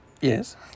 Yes